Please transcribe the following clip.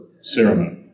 ceremony